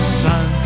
sun